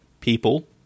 people